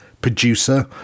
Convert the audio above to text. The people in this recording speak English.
producer